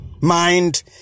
mind